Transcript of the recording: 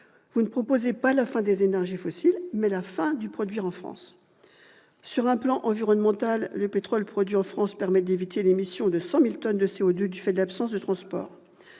Vous ne proposez pas la fin des énergies fossiles, mais la fin du « produire en France »! Sur un plan environnemental, le pétrole produit en France permet d'éviter l'émission de 100 000 tonnes de CO2 du fait de l'absence de transport.